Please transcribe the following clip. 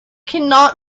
cannot